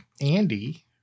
Andy